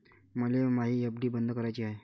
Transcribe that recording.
मले मायी एफ.डी बंद कराची हाय